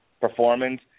performance